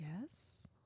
Yes